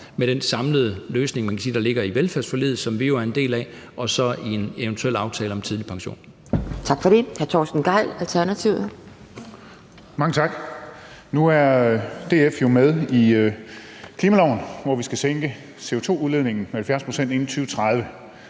med den samlede løsning, man kan sige der ligger i velfærdsforliget, som vi jo er en del af, og så med en eventuel aftale om tidlig pension.